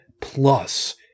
plus